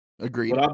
Agreed